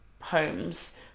homes